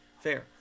fair